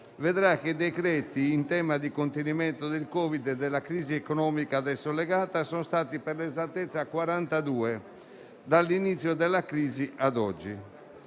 vedrà che i decreti-legge in tema di contenimento del Covid e della crisi economica a esso legata sono stati per l'esattezza 42, dall'inizio della crisi ad oggi.